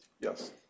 Yes